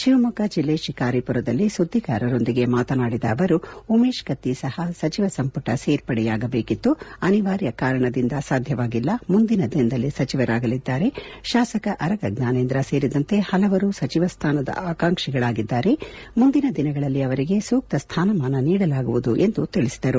ಶಿವಮೊಗ್ಗ ಜಿಲ್ಲೆ ಶಿಕಾರಿಮರದಲ್ಲಿ ಸುದ್ದಿಗಾರರೊಂದಿಗೆ ಮಾತನಾಡಿದ ಅವರು ಉಮೇಶ್ ಕತ್ತಿ ಸಹಾ ಸಚಿವ ಸಂಮಟ ಸೇರ್ಪಡೆಯಾಗಬೇಕಿತ್ತು ಅನಿವಾರ್ಯ ಕಾರಣದಿಂದ ಸಾಧ್ಯವಾಗಿಲ್ಲ ಮುಂದಿನ ದಿನದಲ್ಲಿ ಸಚಿವರಾಗಲಿದ್ದಾರೆ ಶಾಸಕ ಅರಗ ಜ್ವಾನೇಂದ್ರ ಸೇರಿದಂತೆ ಪಲವರು ಸಚಿವ ಸ್ವಾನದ ಆಕಾಂಕ್ಷಿಗಳಿದ್ದಾರೆ ಮುಂದಿನ ದಿನಗಳಲ್ಲಿ ಅವರಿಗೆ ಸೂಕ್ತ ಸ್ಟಾನಮಾನ ನೀಡಲಾಗುವುದು ಎಂದು ತಿಳಿಸಿದರು